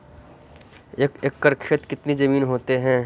एक एकड़ खेत कितनी जमीन होते हैं?